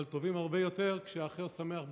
אבל טובים הרבה יותר כשהאחר שמח בזכותך.